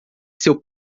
seu